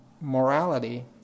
morality